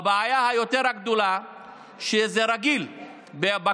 הבעיה היותר-גדולה היא שזה דבר רגיל בכנסת